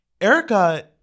Erica